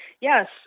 Yes